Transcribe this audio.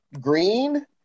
green